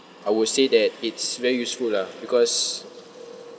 I would say that it's very useful lah because